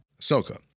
ahsoka